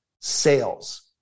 sales